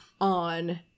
on